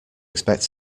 expect